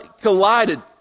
collided